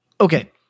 Okay